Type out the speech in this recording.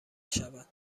شوند